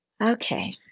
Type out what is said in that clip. Okay